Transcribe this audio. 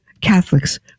catholics